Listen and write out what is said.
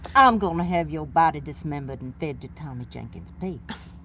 i'm gonna have your body dismemebered and fed to tommy jenkins' pigs.